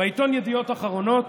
בעיתון ידיעות אחרונות